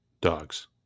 dogs